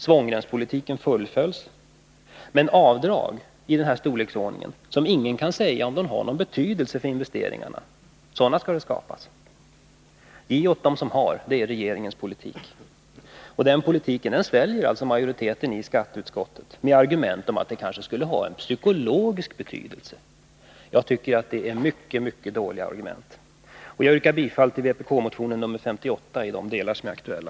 Svångremspolitiken fullföljs. Men avdrag i den här storleksordningen skall skapas, även om ingen kan säga om de har någon betydelse för investeringarna. Ge åt dem som har — det är regeringens politik. Den politiken sväljer alltså majoriteten i skatteutskottet med argument om att det kanske skulle ha en psykologisk betydelse. Jag tycker att det är mycket dåliga argument. Jag yrkar bifall till vpk-motion nr 58 i de delar som är aktuella.